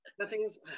nothing's